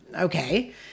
okay